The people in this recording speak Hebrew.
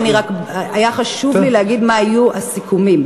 רק היה חשוב לי להגיד מה היו הסיכומים.